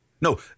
No